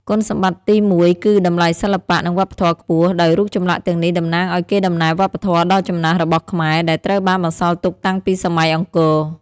គុណសម្បត្តិទីមួយ គឺ តម្លៃសិល្បៈ និងវប្បធម៌ខ្ពស់ ដោយរូបចម្លាក់ទាំងនេះតំណាងឱ្យកេរដំណែលវប្បធម៌ដ៏ចំណាស់របស់ខ្មែរ ដែលត្រូវបានបន្សល់ទុកតាំងពីសម័យអង្គរ។